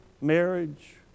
marriage